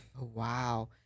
Wow